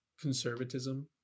conservatism